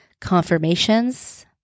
confirmations